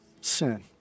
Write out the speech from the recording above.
sin